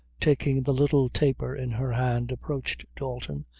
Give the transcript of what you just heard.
taking the little taper in her hand, approached dalton,